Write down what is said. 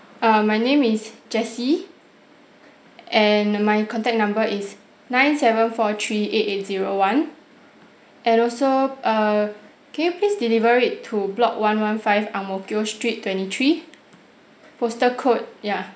err my name is jessie and my contact number is nine seven four three eight eight zero one and also err can you please deliver it to block one one five ang mo kio street twenty three postal code ya